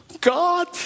God